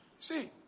See